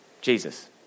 Jesus